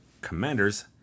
commanders